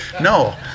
No